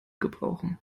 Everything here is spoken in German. gebrauchen